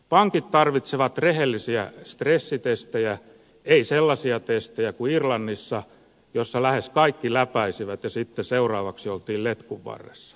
pankit tarvitsevat rehellisiä stressitestejä ei sellaisia testejä kuin irlannissa jossa lähes kaikki läpäisivät ja sitten seuraavaksi oltiin letkun varressa